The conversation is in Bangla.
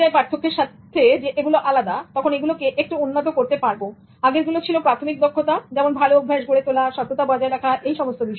পার্থক্যের স্বার্থে যদি ধরেও নেই এগুলো আলাদা তখন এগুলোকে একটু উন্নত করতে পারব আগেরগুলো ছিল প্রাথমিক দক্ষতা যেমন ভালো অভ্যাস গড়ে তোলা সততা বজায় রাখা এই সমস্ত বিষয়